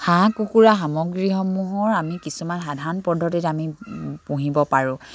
হাঁহ কুকুৰা সামগ্ৰীসমূহৰ আমি কিছুমান সাধাৰণ পদ্ধতিত আমি পুহিব পাৰোঁ